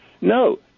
No